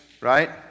right